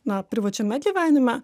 na privačiame gyvenime